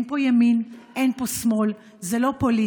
אין פה ימין, אין פה שמאל, זה לא פוליטי.